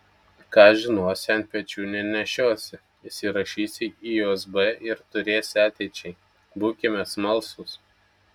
ką žinosi ant pečių nenešiosi įsirašysi į usb ir turėsi ateičiai būkime smalsūs